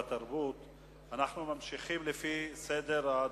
אנחנו ממשיכים לפי סדר הדוברים.